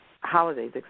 holidays